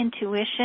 intuition